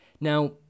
Now